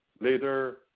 later